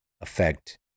affect